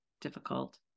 difficult